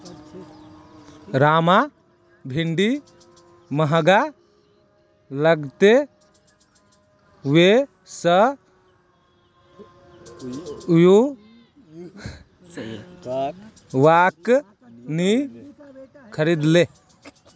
रामक भिंडी महंगा लागले वै स उइ वहाक नी खरीदले